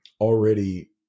already